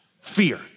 fear